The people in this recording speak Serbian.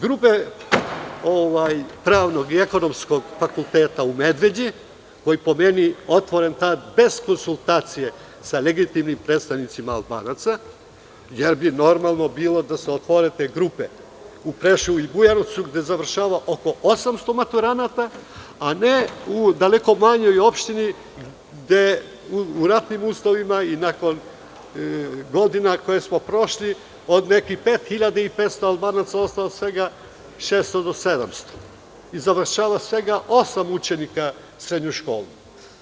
Grupe pravnog i ekonomskog fakulteta u Medveđi koji je, po meni, otvoren tada bez konsultacije sa legitimnim predstavnicima Albanaca, jer bi normalno bilo da se otvore te grupe u Preševu i Bujanovcu gde završava oko 800 maturanata, a ne u daleko manjoj opštini gde u ratnim uslovima i nakon godina koje smo prošli od nekih 5500 Albanaca, ostalo svega 600 do 700 i završava svega osam učenika srednju školu.